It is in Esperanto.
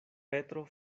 petro